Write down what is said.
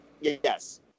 Yes